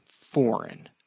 foreign